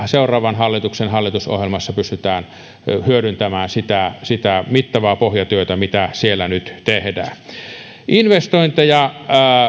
seuraavan hallituksen hallitusohjelmassa pystytään hyödyntämään sitä sitä mittavaa pohjatyötä mitä siellä nyt tehdään investointeja